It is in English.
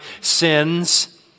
sins